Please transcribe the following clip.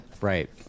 right